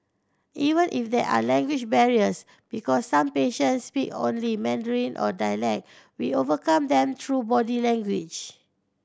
even if there are language barriers because some patients speak only Mandarin or dialect we overcome them through body language